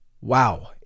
wow